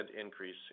increase